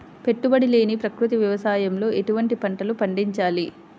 పెట్టుబడి లేని ప్రకృతి వ్యవసాయంలో ఎటువంటి పంటలు పండించాలి?